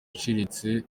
iciriritse